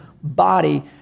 body